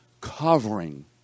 covering